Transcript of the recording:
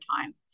time